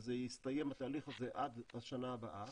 התהליך הזה יסתיים עד השנה הבאה,